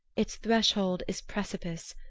its threshold is precipice.